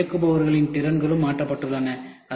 மேலும் இயக்குபவர்களின் திறன்களும் மாற்றப்படுகின்றன